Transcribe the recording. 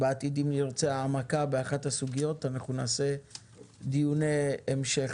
בעתיד אם נרצה העמקה באחת הסוגיות אנחנו נערוך דיוני המשך.